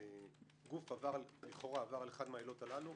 גוף עבר לכאורה על אחת העילות הללו,